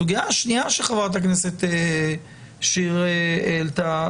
הסוגיה השנייה שחברת הכנסת שיר העלתה,